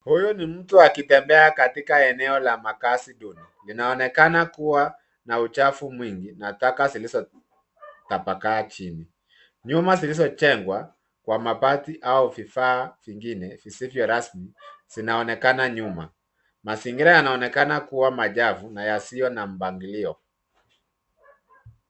Huyu ni mtu akitembea katika eneo la makazi duni. Inaonekana kuwa na uchafu mwingi na taka zilizotapakaa chini. Nyumba zilizojengwa kwa mabati au vifaa vingine visivyo rasmi vinaonekana nyuma. Mazingira yanaonekana kuwa machafu na yasiyo na mpangilio.